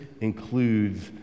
includes